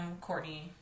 Courtney